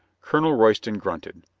colonel royston grunted.